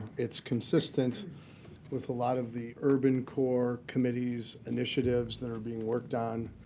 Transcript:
it's consistent with a lot of the urban core committee's initiatives that are being worked on